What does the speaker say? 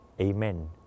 Amen